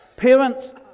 Parents